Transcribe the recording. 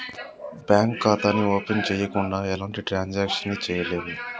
bank ఖాతాని open చెయ్యకుండా ఎలాంటి ట్రాన్సాక్షన్స్ ని చెయ్యలేము